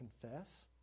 confess